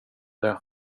det